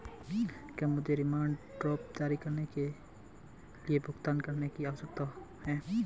क्या मुझे demand draft जारी करने के लिए भुगतान करने की आवश्यकता है?